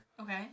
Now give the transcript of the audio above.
Okay